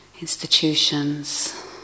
institutions